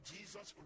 Jesus